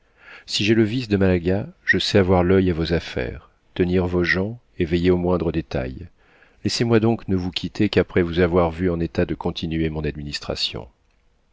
si j'ai le vice de malaga je sais avoir l'oeil à vos affaires tenir vos gens et veiller aux moindres détails laissez-moi donc ne vous quitter qu'après vous avoir vue en état de continuer mon administration